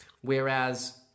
whereas